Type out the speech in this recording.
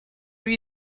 lui